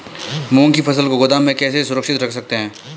मूंग की फसल को गोदाम में कैसे सुरक्षित रख सकते हैं?